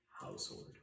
household